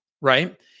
right